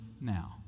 now